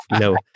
no